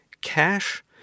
cash